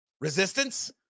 Resistance